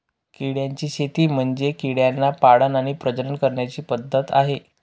किड्यांची शेती म्हणजे किड्यांना पाळण आणि प्रजनन करण्याची पद्धत आहे